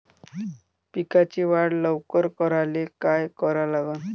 पिकाची वाढ लवकर करायले काय करा लागन?